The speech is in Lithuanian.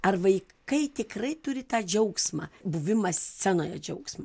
ar vaikai tikrai turi tą džiaugsmą buvimą scenoje džiaugsmą